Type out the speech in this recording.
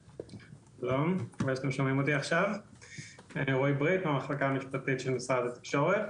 שלום, רועי ברית מהמחלקה המשפטית של משרד התקשורת.